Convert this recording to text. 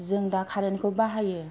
जों दा कारेन्ट खौ बाहायो